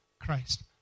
Christ